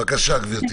בבקשה גברתי.